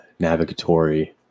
navigatory